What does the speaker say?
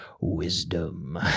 wisdom